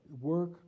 work